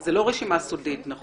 זה לא רשימה סודית, נכון?